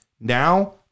Now